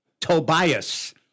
Tobias